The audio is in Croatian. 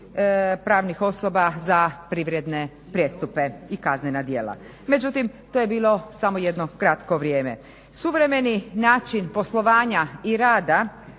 pravnih osoba za privredne prijestupe i kaznena djela. Međutim, to je bilo samo jedno kratko vrijeme. Suvremeni način poslovanja i rada